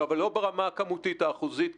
לא ברמה הכמותית-האחוזית,